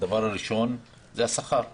ראשית השכר הנמוך.